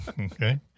Okay